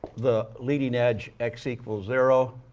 the leading edge, x equals zero.